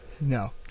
No